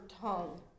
tongue